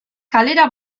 kalera